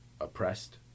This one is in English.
oppressed